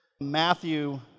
Matthew